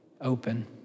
open